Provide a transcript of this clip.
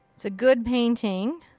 it's a good painting.